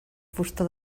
fusta